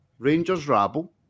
RangersRabble